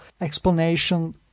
explanation